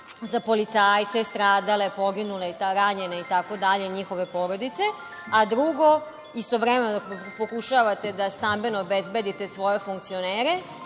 za policajce, stradale, poginule, ranjene itd, njihove porodice. Drugo, istovremeno pokušavate da stambeno obezbedite svoje funkcionere,